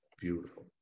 Beautiful